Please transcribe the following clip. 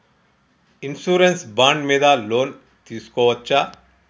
Insurance bond మీద loan తీస్కొవచ్చా?